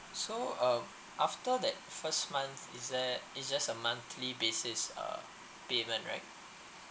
so uh after that first month it's that it's just a monthly basis uh payment right